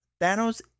Thanos